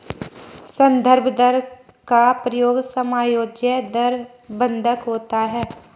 संदर्भ दर का प्रयोग समायोज्य दर बंधक होता है